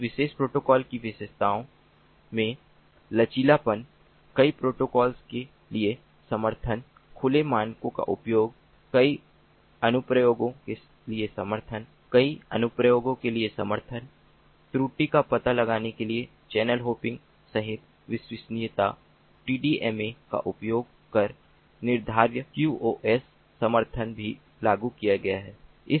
इस विशेष प्रोटोकॉल की विशेषताओं में लचीलापन कई प्रोटोकॉल के लिए समर्थन खुले मानकों का उपयोग कई अनुप्रयोगों के लिए समर्थन त्रुटि का पता लगाने वाले चैनल होपिंग सहित विश्वसनीयता टीडीएमए का उपयोग कर निर्धार्यता क्यूओएस समर्थन भी लागू किया गया है